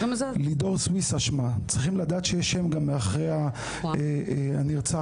לידור סוויסה שמה צריכים לדעת שיש שם מאחורי הנרצחת.